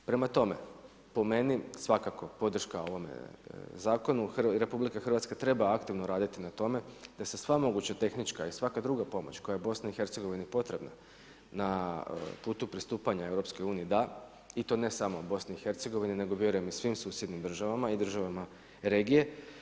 Prema tome, po meni svakako podrška ovom zakonu, RH treba aktivno raditi na tome te se sva moguća tehnička i svaka druga pomoć koja je BiH-u potrebna na putu pristupanja EU-u da, i to ne samo BiH-u nego vjerujem i svim susjednim država i državama regije.